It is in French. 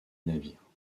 navire